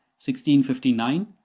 1659